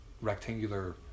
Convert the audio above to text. rectangular